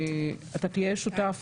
אתה תהיה שותף